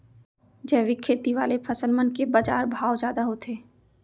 जैविक खेती वाले फसल मन के बाजार भाव जादा होथे